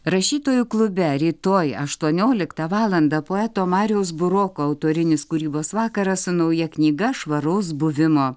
rašytojų klube rytoj aštuonioliktą valandą poeto mariaus buroko autorinis kūrybos vakaras su nauja knyga švaraus buvimo